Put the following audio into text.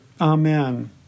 Amen